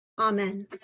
Amen